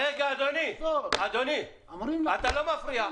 רגע, אדוני, אתה לא מפריע.